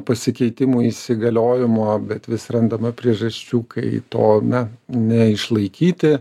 pasikeitimų įsigaliojimo bet vis randama priežasčių kai to na neišlaikyti